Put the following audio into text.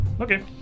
Okay